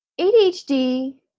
ADHD